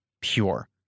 pure